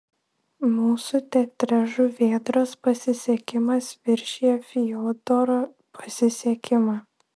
mūsų teatre žuvėdros pasisekimas viršija fiodoro pasisekimą